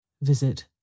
Visit